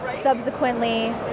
subsequently